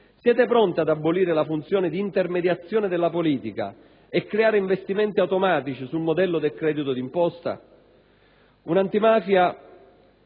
Siete pronti ad abolire la funzione di intermediazione della politica e a creare investimenti automatici sul modello del credito d'imposta? Un'antimafia